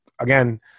Again